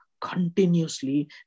continuously